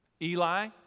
Eli